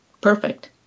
Perfect